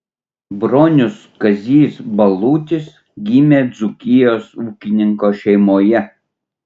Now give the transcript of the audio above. bronius kazys balutis gimė dzūkijos ūkininko šeimoje